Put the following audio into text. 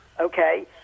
okay